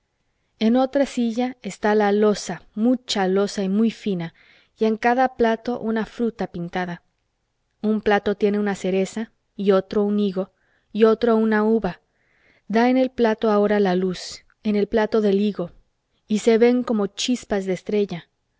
en otra silla está la loza mucha loza y muy fina y en cada plato una fruta pintada un plato tiene una cereza y otro un higo y otro una uva da en el plato ahora la luz en el plato del higo y se ven como chispas de estrella